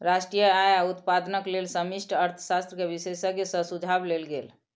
राष्ट्रीय आय आ उत्पादनक लेल समष्टि अर्थशास्त्र के विशेषज्ञ सॅ सुझाव लेल गेल